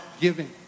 giving